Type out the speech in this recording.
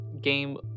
game